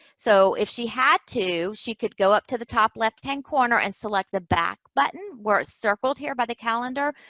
so, if she had to, she could go up to the top left hand corner and select the back button where it's circled here by the calendar.